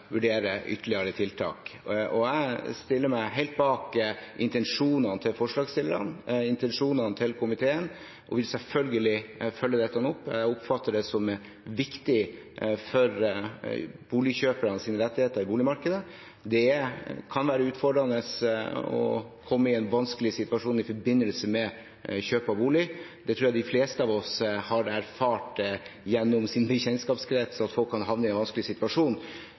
vurdere ytterligere tiltak. Jeg stiller meg helt bak intensjonene til forslagsstillerne og intensjonene til komiteen og vil selvfølgelig følge dette opp. Jeg oppfatter det som viktig for boligkjøpernes rettigheter i boligmarkedet. Det kan være utfordrende å komme i en vanskelig situasjon i forbindelse med kjøp av bolig. Det tror jeg de fleste av oss har erfart, bl.a. gjennom sin bekjentskapskrets, at folk kan havne i en vanskelig situasjon.